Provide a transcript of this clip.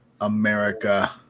America